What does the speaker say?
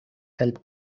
help